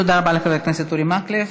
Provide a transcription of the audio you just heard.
תודה רבה לחבר הכנסת אורי מקלב.